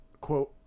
quote